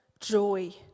Joy